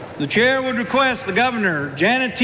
the chair would request the governor, janet t.